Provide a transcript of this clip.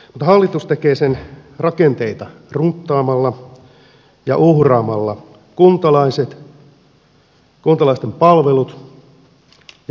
mutta hallitus tekee sen rakenteita runttaamalla ja uhraamalla kuntalaiset kuntalaisten palvelut ja lähidemokratian